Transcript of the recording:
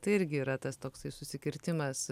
tai irgi yra tas toksai susikirtimas